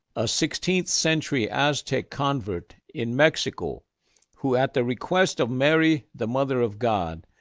a sixteenth century aztec convert in mexico who at the request of mary, the mother of god,